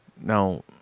Now